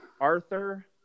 arthur